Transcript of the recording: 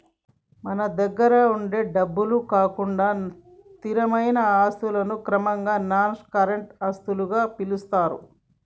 మన దగ్గరుండే డబ్బు కాకుండా స్థిరమైన ఆస్తులను క్రమంగా నాన్ కరెంట్ ఆస్తులుగా పిలుత్తారు